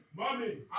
mommy